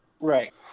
Right